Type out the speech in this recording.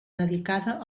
dedicada